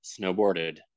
snowboarded